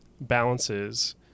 balances